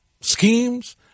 schemes